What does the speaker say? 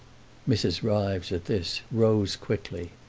mrs. ryves, at this, rose quickly.